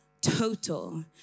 total